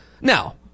Now